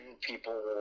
people